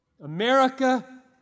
America